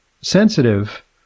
sensitive